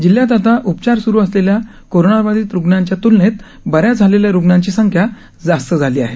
जिल्ह्यात आता उपचार स्रु असलेल्या कोरोनाबाधित रुग्णांच्या तुलनेत बऱ्या झालेल्यां रुग्णांची संख्या जास्त झाली आहे